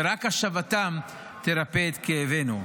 ורק השבתם תרפא את כאבנו.